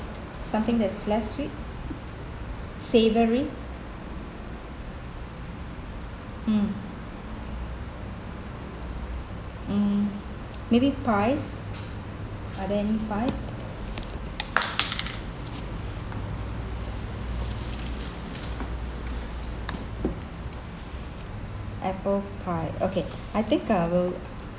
something that's less sweet savoury hmm mmhmm maybe pies are there any pies apple pie okay I think I will